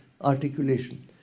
articulation